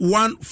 one